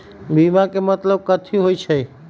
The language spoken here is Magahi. बीमा के मतलब कथी होई छई?